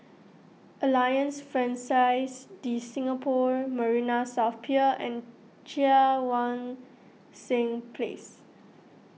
Alliance Francaise De Singapour Marina South Pier and Cheang Wan Seng Place